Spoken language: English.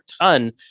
ton